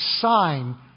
sign